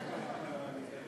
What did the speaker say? נא לשבת,